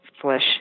flesh